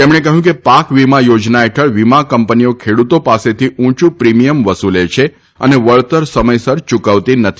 તક્ષણ કહ્યું કે પાક વીમા થો ના હેઠળ વીમા કંપનીઓ ખફતો પાસદ્વી ઉંયુ પ્રીમીયમ વસૂલ છ અન વળતર સમયસર ચૂકવતી નથી